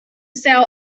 sell